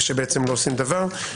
בעצם לא עושים דבר.